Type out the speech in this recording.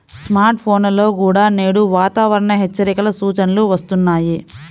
smart ఫోన్లలో కూడా నేడు వాతావరణ హెచ్చరికల సూచనలు వస్తున్నాయి